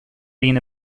been